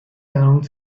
around